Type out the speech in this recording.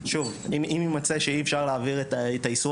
אם יימצא שאי אפשר להעביר את האיסור